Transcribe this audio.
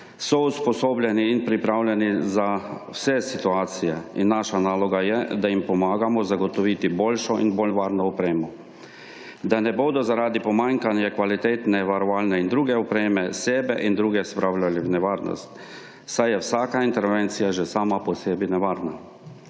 So usposobljeni in pripravljeni za vse situacije in naša naloga je, da jim pomagamo zagotoviti boljšo in bolj varno opremo, da ne bodo, zaradi pomanjkanja kvalitetne, varovalne in druge opreme sebe in druge spravljali v nevarnost, saj je vsaka intervencija že sama po sebi nevarna.